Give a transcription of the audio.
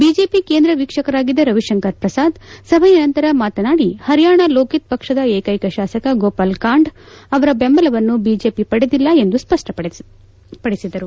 BJP ಕೇಂದ್ರ ವೀಕ್ಷಕರಾಗಿದ್ದ ರವಿಶಂಕರ್ ಪ್ರಸಾದ್ ಸಭೆಯ ನಂತರ ಮಾತನಾಡಿ ಹರಿಯಾಣ ಲೋಕಿತ್ ಪಕ್ಷದ ಏಕೈಕ ಶಾಸಕ ಗೋಪಾಲ್ ಕಾಂಡ ಅವರ ಬೆಂಬಲವನ್ನು ಬಿಜೆಪಿ ಪಡೆದಿಲ್ಲ ಎಂದು ಸ್ಪಷ್ಪಪಡಿಸಿದರು